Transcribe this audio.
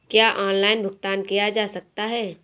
क्या ऑनलाइन भुगतान किया जा सकता है?